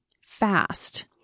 fast